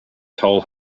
toll